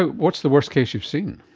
what's the worst case you've seen?